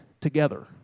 together